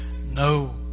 No